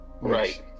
Right